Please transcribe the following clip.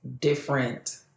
different